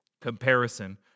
comparison